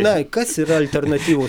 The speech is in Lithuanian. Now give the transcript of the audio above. kas yra alternatyvūs